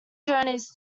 journeys